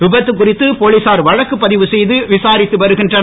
விபத்து குறித்து போலீசார் வழக்கு பதிவு செய்து விசாரித்து வருகின்றனர்